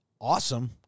Awesome